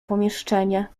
pomieszczenie